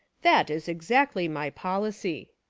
that is exactly my policy.